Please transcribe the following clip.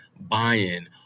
buy-in